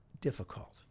difficult